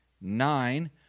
nine